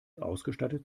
ausgestattet